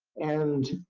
and